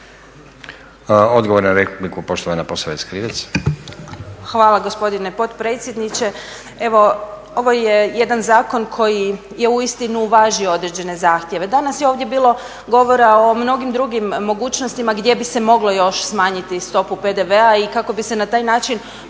**Posavec Krivec, Ivana (SDP)** Hvala gospodine potpredsjedniče. Evo, ovo je jedan zakon koji je uistinu uvažio određene zahtjeve. Danas je ovdje bilo govora o mnogim drugim mogućnostima gdje bi se moglo još smanjiti stopu PDV-a i kako bi se na taj način